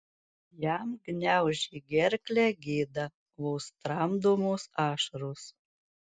jam gniaužė gerklę gėda vos tramdomos ašaros